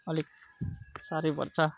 अलिक साह्रै पर्छ